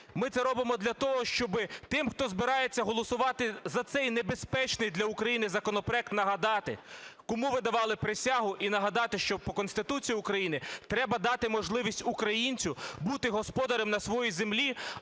ми це робимо для того, щоб тим, хто збирається голосувати за цей небезпечний для України законопроект, нагадати, кому ви давали присягу і нагадати, що по Конституції України треба дати можливість українцю бути господарем на своїй землі,